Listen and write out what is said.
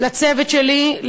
לצוות שלי,